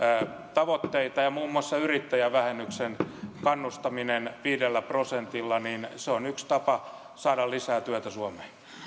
tavoitteita muun muassa yrittäjävähennyksen kannustaminen viidellä prosentilla on yksi tapa saada lisää työtä suomeen